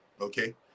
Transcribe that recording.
okay